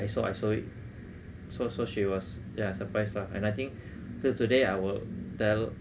I sew I sew it so so she was yeah surprised lah and I think till today I will tell